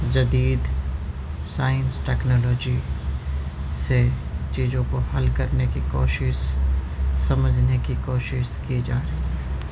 جدید science technology سے چیزوں کو حل کرنے کی کوشش سمجھنے کی کوشش کی جا رہی